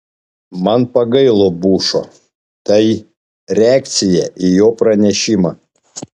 man pagailo bušo tai reakcija į jo pranešimą